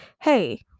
hey